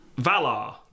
Valar